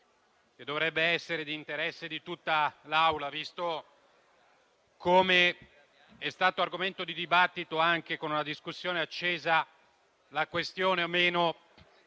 che dovrebbe essere di interesse di tutta l'Assemblea, visto come è stata argomento di dibattito, anche con una discussione accesa, la questione o no